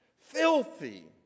Filthy